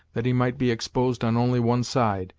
that he might be exposed on only one side,